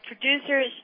producers